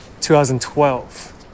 2012